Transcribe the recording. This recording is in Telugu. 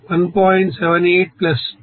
78 2